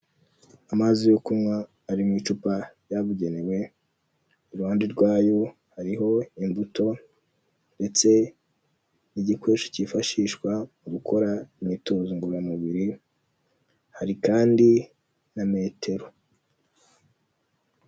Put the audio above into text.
Amazi yo kunywa ari mu icupa ryabugenewe, iruhande rwayo hariho imbuto ndetse n'igikoresho cyifashishwa mu gukora imyitozo ngororamubiri, hari kandi na metero.